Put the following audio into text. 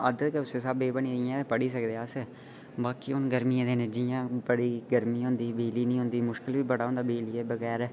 आदत गै उस्सै स्हाबै दी बनी दी ऐ पढ़ी सकदे अस बाकी हू'न गर्मियें दिनें जि'यां गर्मी होंदी बिजली निं होंदी मुश्कल बी बड़ा होंदा बिजलियै दे बगैरा